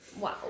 Wow